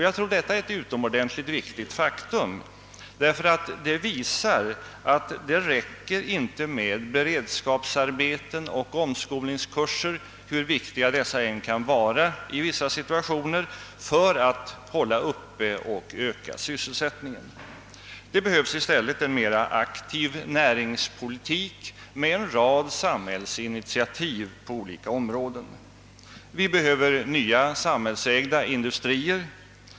Jag tror detta är ett utomordentligt viktig faktum, därför att det visar att det inte räcker med beredskapsarbeten och omskolningskurser, hur viktiga dessa än kan vara i vissa situationer för att hålla uppe och öka sysselsättningen. Det behövs i stället en mera aktiv näringslivspolitik. med en rad samhällsinitiativ på olika områden. Vi behöver nya samhällsägda industrier.